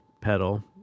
pedal